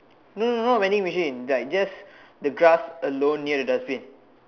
no no not vending machine just the grass alone near the dustbin